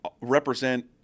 represent